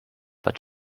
but